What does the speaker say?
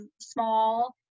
small